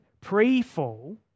pre-fall